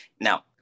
now